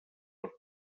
per